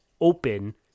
open